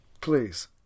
please